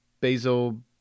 Basil